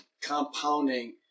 compounding